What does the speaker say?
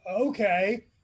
Okay